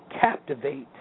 captivate